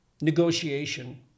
negotiation